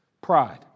Pride